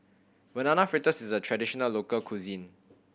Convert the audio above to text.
Banana Fritters is a traditional local cuisine